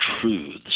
truths